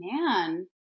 man